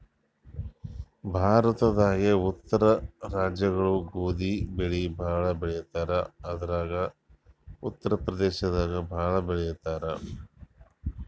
ಭಾರತದಾಗೇ ಉತ್ತರ ರಾಜ್ಯಗೊಳು ಗೋಧಿ ಬೆಳಿ ಭಾಳ್ ಬೆಳಿತಾರ್ ಅದ್ರಾಗ ಉತ್ತರ್ ಪ್ರದೇಶದಾಗ್ ಭಾಳ್ ಬೆಳಿತಾರ್